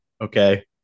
okay